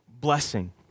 blessing